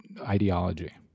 ideology